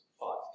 five